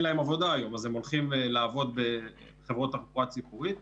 להם עבודה היום אז הם הולכים לעבוד בחברות תחבורה ציבורית,